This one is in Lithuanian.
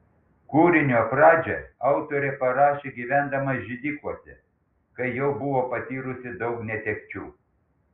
kūrinio pradžią autorė parašė gyvendama židikuose kai jau buvo patyrusi daug netekčių